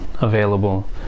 available